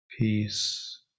peace